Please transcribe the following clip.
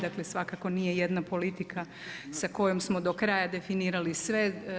Dakle, svakako nije jedna politika sa kojom smo do kraja definirali sve.